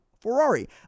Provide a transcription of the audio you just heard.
Ferrari